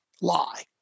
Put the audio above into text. lie